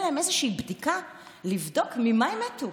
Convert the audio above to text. להן איזושהי בדיקה לבדוק ממה הם מתו.